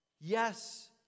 Yes